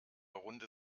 runde